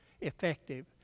effective